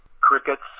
crickets